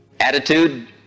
attitude